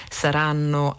saranno